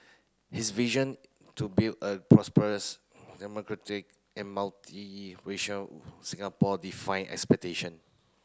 his vision to build a prosperous and multiracial Singapore defied expectation